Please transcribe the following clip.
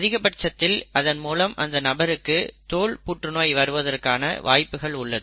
அதிக பட்சத்தில் அதன் மூலம் அந்த நபருக்கு தோல் புற்றுநோய் வருவதற்கான வாய்ப்புகள் உள்ளது